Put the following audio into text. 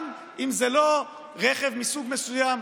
גם אם זה לא רכב מסוג מסוים,